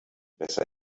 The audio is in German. besser